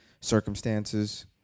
circumstances